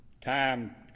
time